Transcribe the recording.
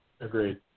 Agreed